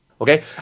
okay